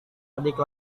adik